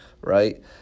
right